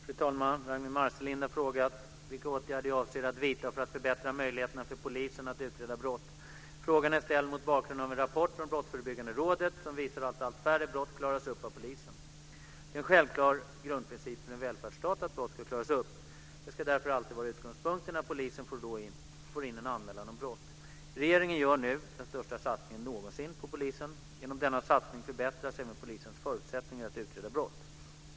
Fru talman! Ragnwi Marcelind har frågat vilka åtgärder jag avser att vidta för att förbättra möjligheterna för polisen att utreda brott. Frågan är ställd mot bakgrund av en rapport från Brottsförebyggande rådet som visar att allt färre brott klaras upp av polisen. Det är en självklar grundprincip för en välfärdsstat att brott ska klaras upp. Det ska därför alltid vara utgångspunkten när polisen får in en anmälan om brott. Regeringen gör nu den största satsningen någonsin på polisen. Genom denna satsning förbättras även polisens förutsättningar att utreda brott.